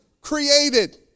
created